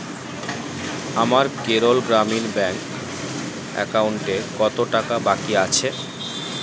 আমার কেরল গ্রামীণ ব্যাংক অ্যাকাউন্টে কত টাকা বাকি আছে